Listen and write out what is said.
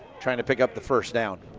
trying to pick up the first down.